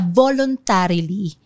voluntarily